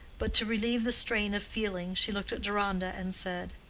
but to relieve the strain of feeling she looked at deronda and said,